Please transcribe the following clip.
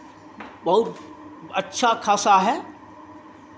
बहुत अच्छा खासा है